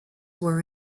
were